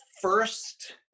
first